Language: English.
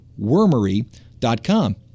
Wormery.com